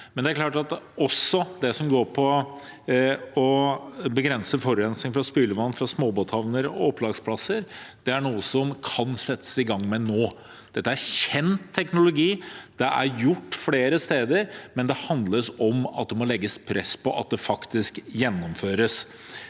det som går på å begrense forurensing fra spylevann fra småbåthavner og opplagsplasser, er noe man kan sette i gang med nå. Dette er kjent teknologi, det er gjort flere steder, men det handler om at det må legges press på at det faktisk gjennomføres.